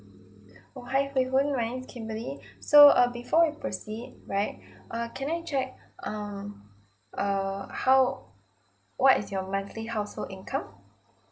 oh hi pei fen my name's kimberly so uh before we proceed right uh can I check um uh how what is your monthly household income